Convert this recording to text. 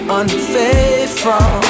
unfaithful